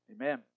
amen